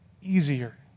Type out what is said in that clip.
easier